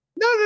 no